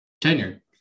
tenure